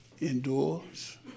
indoors